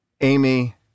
Amy